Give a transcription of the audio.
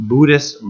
Buddhist